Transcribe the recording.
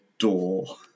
door